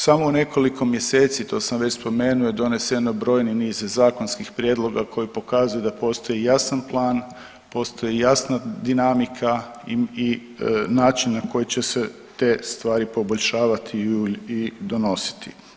Samo u nekoliko mjeseci, to sam već spomenuo je doneseno brojni niz zakonskih prijedloga koji pokazuju da postoji jasan plan, postoji jasna dinamika i način na koji će se te stvari poboljšavati i donositi.